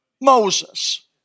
Moses